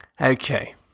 Okay